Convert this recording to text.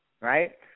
right